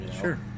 Sure